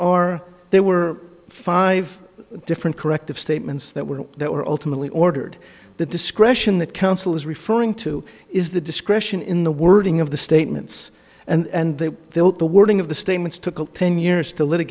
are there were five different corrective statements that were that were ultimately ordered the discretion that counsel is referring to is the discretion in the wording of the statements and they built the wording of the statements took ten years to l